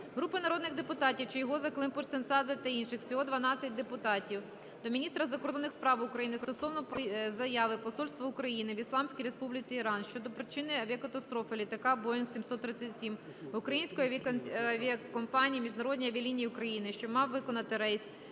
Групи народних депутатів (Чийгоза, Климпуш-Цинцадзе та інших. Всього 12 депутатів) до міністра закордонних справ України стосовно заяви Посольства України в Ісламській Республіці Іран щодо причин авіакатастрофи літака Boeing-737 української авіакомпанії "Міжнародні авіалінії України", що мав виконати рейс